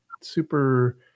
super